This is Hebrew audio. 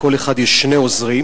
לכל אחד יש שני עוזרים.